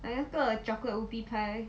买那个 chocolate whoopie pie